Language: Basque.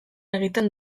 egiten